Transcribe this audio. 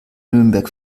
nürnberg